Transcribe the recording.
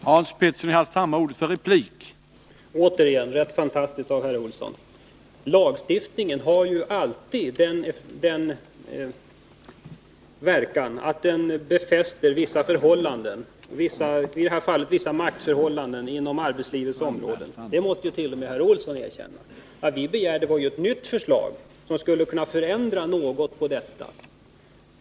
Herr talman! Återigen dessa fantastiska påståenden av herr Olsson. Lagstiftningen har ju alltid den verkan att den befäster vissa förhållanden, i detta fall vissa maktförhållanden inom arbetslivets område. Det måste t.o.m. herr Olsson erkänna. Vad vi begär är ett nytt förslag som något skulle förändra detta.